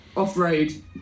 off-road